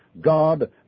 God